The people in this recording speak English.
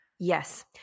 Yes